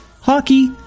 hockey